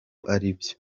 aribyo